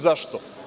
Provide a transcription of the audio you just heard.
Zašto?